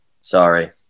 Sorry